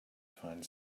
find